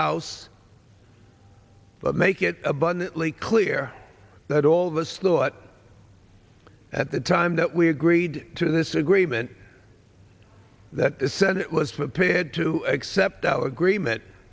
house but make it abundantly clear that all of us thought at the time that we agreed to this agreement that the senate was appeared to accept our agreement